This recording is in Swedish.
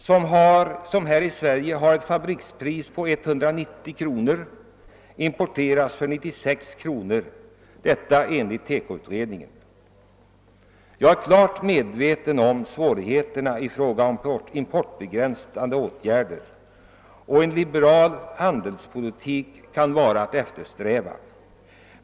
Kostymer, som här i Sverige har ett fabrikspris på 190 kronor, importeras enligt TEKO-utredningen för 96 kronor. Jag är klart medveten om svårigheterna i fråga om importbegränsande åtgärder, och jag är också medveten om att en liberal handelspolitik kan vara eftersträvansvärd.